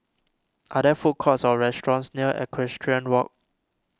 are there food courts or restaurants near Equestrian Walk